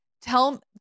Tell